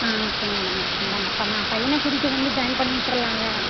ஆ okay madam okay madam அப்போ நான் பையன கூட்டிகிட்டு வந்து ஜாயின் பண்ணிவிட்டுருல்லால்ல